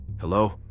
Hello